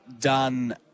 done